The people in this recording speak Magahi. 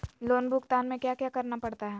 लोन भुगतान में क्या क्या करना पड़ता है